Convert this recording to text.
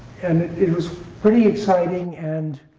and it was pretty exciting, and